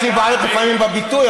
יש לי בעיות לפעמים בביטוי,